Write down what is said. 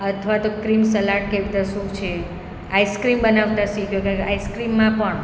અથવા તો cream salad કેવું તે શું છે આઈસક્રીમ બનાવતા શીખો આઈસક્રીમમાં પણ